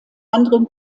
anderen